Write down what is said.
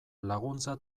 laguntza